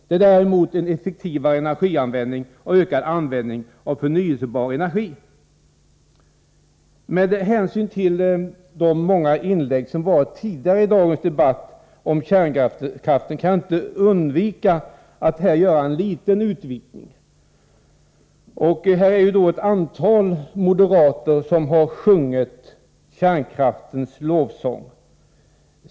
Det är däremot en effektivare energianvändning och ökad användning av förnyelsebar energi. Med hänsyn till de många inlägg om kärnkraften som förekommit i dagens debatt kan jag inte underlåta att här göra en liten utvikning. Ett antal moderater har sjungit kärnkraftens lovsång.